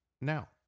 now